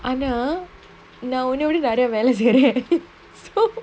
ஆனா நா ஒன்ன விட நெரய வேல செய்றன்:aana na onna vida neraya vela seiran so